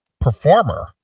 performer